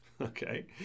okay